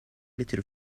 letter